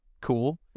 cool